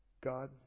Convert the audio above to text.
God